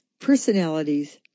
personalities